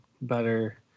better